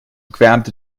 grabbed